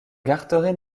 carteret